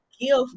give